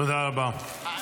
תודה רבה.